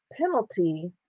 penalty